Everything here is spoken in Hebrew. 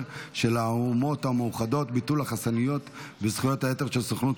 של האומות המאוחדות (ביטול החסינויות וזכויות היתר של סוכנות